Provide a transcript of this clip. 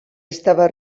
estava